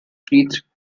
breathed